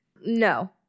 No